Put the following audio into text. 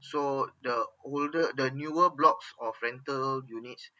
so the older the newer blocks of rental units